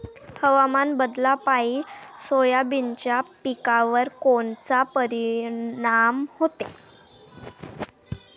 हवामान बदलापायी सोयाबीनच्या पिकावर कोनचा परिणाम होते?